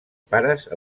pares